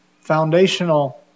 foundational